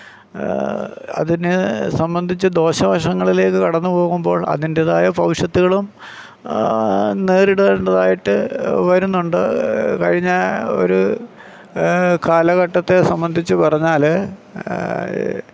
അതിനെ സംബന്ധിച്ച് ദോഷവശങ്ങളിലേക്ക് കടന്നുപോകുമ്പോൾ അതിൻറ്റേതായ ഭവിഷ്യത്തുകളും നേരിടേണ്ടതായിട്ട് വരുന്നുണ്ട് കഴിഞ്ഞ ഒരു കാലഘട്ടത്തെ സംബന്ധിച്ച് പറഞ്ഞാൽ